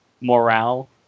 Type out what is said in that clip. morale